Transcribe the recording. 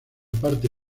parte